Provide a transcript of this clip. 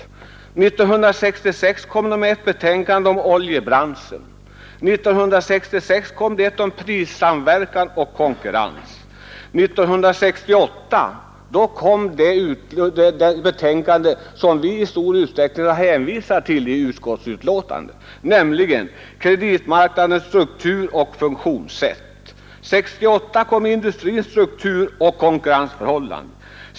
1966 avlämnade den ett betänkande om oljebranschen och samma år ett om prissamverkan och konkurrens. 1968 kom det betänkande som vi i stor utsträckning har hänvisat till i utskottsbetänkandet, nämligen Kreditmarknadens struktur och funktionssätt. 1968 kom också ett betänkande om industrins strukturoch konkurrensförhållanden.